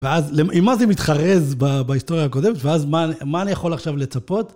ואז עם מה זה מתחרז בהיסטוריה הקודמת, ואז מה אני יכול עכשיו לצפות?